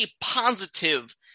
positive